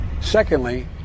Secondly